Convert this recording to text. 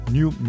New